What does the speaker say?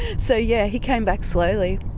so yeah, he came back slowly.